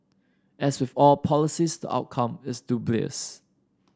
as with all policies the outcome is dubious